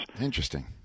Interesting